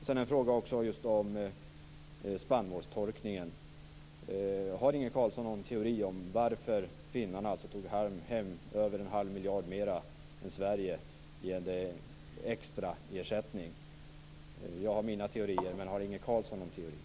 Sedan en fråga om spannmålstorkningen. Har Inge Carlsson någon teori om varför finnarna tog hem över en halv miljard mera än Sverige när det gäller extra ersättning? Jag har mina, men har Inge Carlsson någon teori?